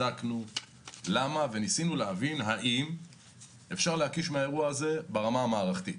בדקנו למה וניסינו להבין האם אפשר להקיש מהאירוע הזה ברמה המערכתית.